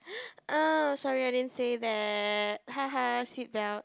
oh sorry I didn't say that haha seatbelt